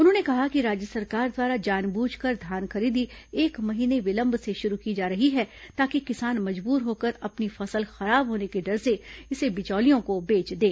उन्होंने कहा कि राज्य सरकार द्वारा जान बूझकर धान खरीदी एक महीने विलंब से शुरू की जा रही है ताकि किसान मजबूर होकर अपनी फसल खराब होने के डर से इसे बिचौलियों को बेच दें